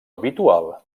habitual